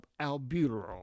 albuterol